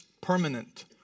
permanent